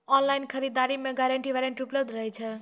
Online खरीद दरी मे गारंटी वारंटी उपलब्ध रहे छै?